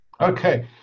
Okay